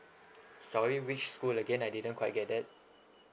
sorry which school again I didn't quite get that